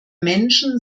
menschen